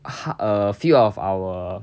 ha~ a few of our